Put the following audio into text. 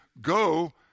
go